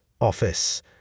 office